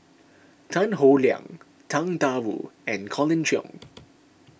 Tan Howe Liang Tang Da Wu and Colin Cheong